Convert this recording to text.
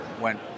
went